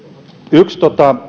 yksi